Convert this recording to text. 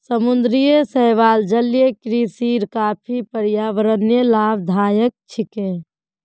समुद्री शैवाल जलीय कृषिर काफी पर्यावरणीय लाभदायक छिके